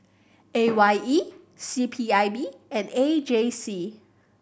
A Y E C P I B and A J C